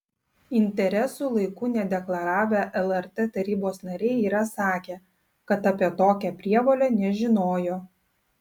interesų laiku nedeklaravę lrt tarybos nariai yra sakę kad apie tokią prievolę nežinojo